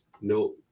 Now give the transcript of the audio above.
no